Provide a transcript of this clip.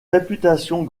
réputation